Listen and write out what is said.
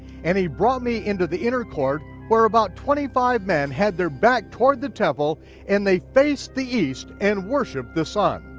and he brought me into the inner court where about twenty five men had their back toward the temple and they faced the east and worshiped the sun.